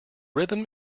rhythm